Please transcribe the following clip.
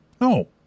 No